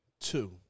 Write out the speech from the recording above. Two